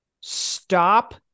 stop